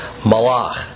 malach